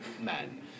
men